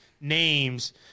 names